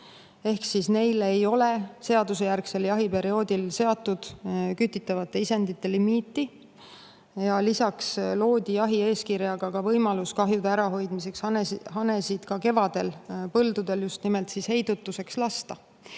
ehk neile ei ole seadusjärgsel jahiperioodil seatud kütitavate isendite limiiti. Lisaks loodi jahieeskirjaga võimalus kahjude ärahoidmiseks hanesid ka kevadel just nimelt heidutuseks